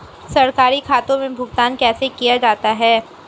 सरकारी खातों में भुगतान कैसे किया जाता है?